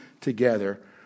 together